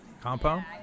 Compound